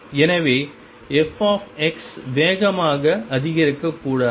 எனவே f x வேகமாக அதிகரிக்கக்கூடாது